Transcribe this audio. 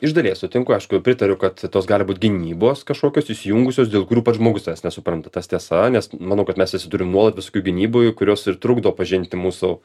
iš dalies sutinku aišku ir pritariu kad gali būt gynybos kažkokios įsijungusios dėl kurių pats žmogus savęs nesupranta tas tiesa nes manau kad mes visi turim nuolat visokių gynybų kurios ir trukdo pažinti mūsų